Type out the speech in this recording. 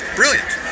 brilliant